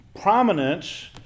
prominence